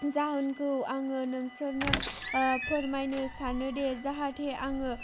जाहोनखौ आङो नोंसोरनो फोरमायनो सानो दि जाहाथे आङो